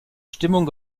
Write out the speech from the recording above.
stimmung